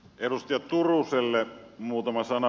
edustaja turuselle muutama sana